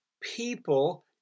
people